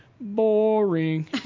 boring